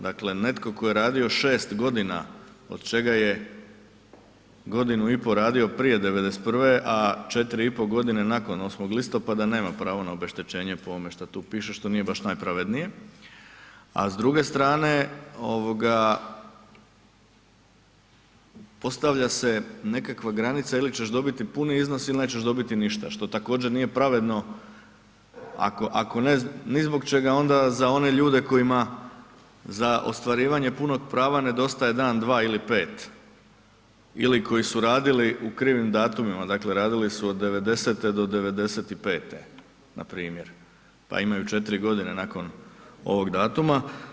Dakle netko tko je radio šest godina od čega je godinu i pol radio prije '91., a četiri i pol godine nakon 8. listopada nema pravo na obeštećenje po ovome što tu piše što nije baš najpravednije, a s druge strane postavlja se nekakva granica ili ćeš dobiti puni iznos ili nećeš dobiti ništa što također nije pravedno, ako ne ni zbog čega onda za one ljudi kojima za ostvarivanje punog prava nedostaje dan, dva ili pet ili koji su radili u krivim datumima, dakle radili su od '90. do '95. na primjer pa imaju četiri godine nakon ovog datuma.